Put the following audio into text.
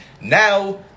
now